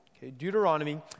Deuteronomy